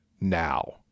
now